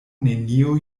neniu